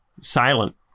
silent